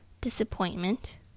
disappointment